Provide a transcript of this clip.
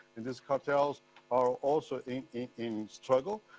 and these cartels are also in struggle.